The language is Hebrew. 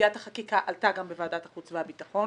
סוגיית החקיקה עלתה גם בוועדת החוץ והביטחון.